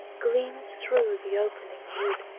gleams through the opening wood